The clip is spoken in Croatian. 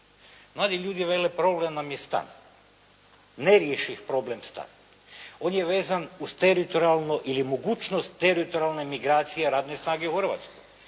Mladi ljudi vele problem nam je stan. Nerješiv problem stan. On je vezan uz teritorijalnu ili mogućnost teritorijalne migracije radne snage u Hrvatskoj.